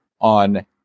on